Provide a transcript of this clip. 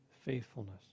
faithfulness